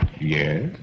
Yes